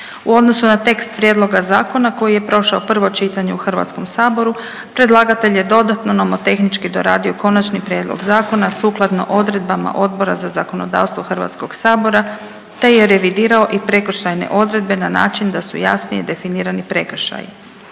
U odnosu na tekst Prijedloga zakona koji je prošao prvo čitanje u HS-u, predlagatelj je dodatno nomotehnički doradio Konačni prijedlog zakona sukladno odredbama Odbora za zakonodavstvo HS-a te je revidirao i prekršajne odredbe na način da su jasnije definirani prekršaji.